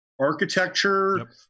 architecture